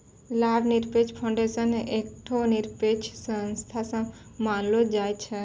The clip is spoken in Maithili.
लाभ निरपेक्ष फाउंडेशन एकठो निरपेक्ष संस्था मानलो जाय छै